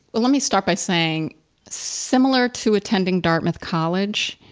let me start by saying similar to attending dartmouth college,